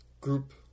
group